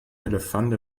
elefant